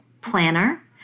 planner